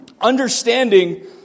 Understanding